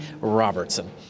Robertson